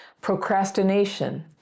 Procrastination